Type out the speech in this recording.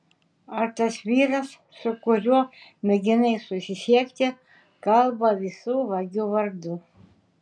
ar tas vyras su kuriuo mėginai susisiekti kalba visų vagių vardu